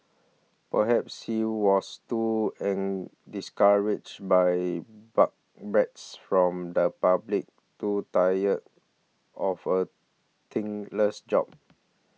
perhaps he was too in discouraged by but bricks from the public too tired of a thankless job